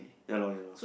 ya lorh ya lorh